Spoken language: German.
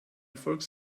erfolg